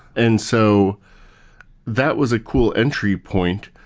and so that was a cool entry point.